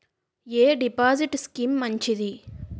ఎ deposit scheme మంచిది?